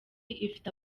ifite